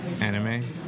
anime